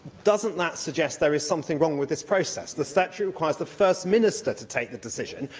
doesn't that suggest there is something wrong with this process? the statute requires the first minister to take the decision,